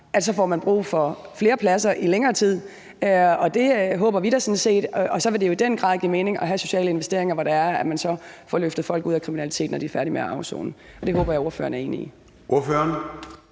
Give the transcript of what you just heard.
så bliver der brug for flere pladser i længere tid. Det håber vi da sådan set, og så vil det jo i den grad give mening at have sociale investeringer, hvor man får løftet folk ud af kriminalitet, når de er færdige med at afsone. Det håber jeg ordføreren er enig i. Kl.